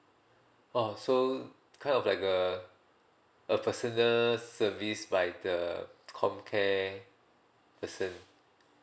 oh so kind of like uh a personal service by the com care person